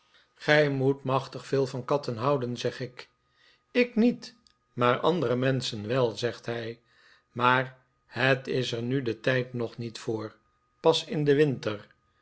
gij moet machtig veel van katten houden zeg ik ik niet maar andere menschen wel zegt hij maar het is er nu de tijd nog niet voor pas in den winter